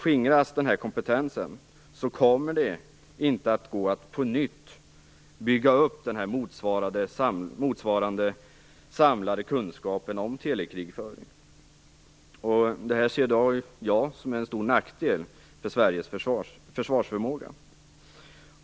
Skingras den här kompetensen kommer det inte att gå att på nytt bygga upp motsvarande samlade kunskap om telekrigföring. Det ser jag som en stor nackdel för Sveriges försvarsförmåga.